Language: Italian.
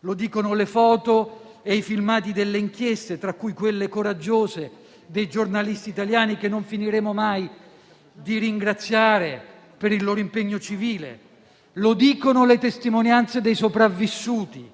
lo dicono le foto e i filmati delle inchieste, tra cui quelle coraggiose dei giornalisti italiani, che non finiremo mai di ringraziare per il loro impegno civile. Lo dicono le testimonianze dei sopravvissuti,